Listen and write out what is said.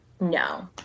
No